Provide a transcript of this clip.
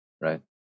Right